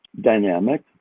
dynamic